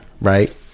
right